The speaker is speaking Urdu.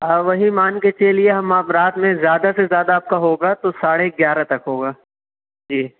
ہاں وہی مان کے چلیے ہم اب رات میں زیادہ سے زیادہ آپ کا ہوگا تو ساڑھے گیارہ تک ہوگا جی